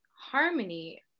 harmony